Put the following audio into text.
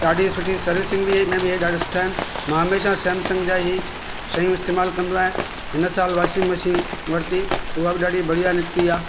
ॾाढी सुठी सर्विसिंग बि में बि हीअ ॾाढा सुठा आहिनि मां हमेशह सैमसंग जा ई शयूं इस्तेमालु कंदो आहियां हिन साल वॉशिंग मशीन वरिती त हुआ बि ॾाढी बढ़िया निकिती आहे